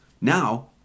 Now